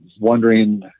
wondering